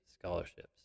scholarships